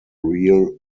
real